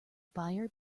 buyer